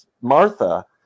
Martha